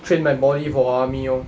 train my body for army orh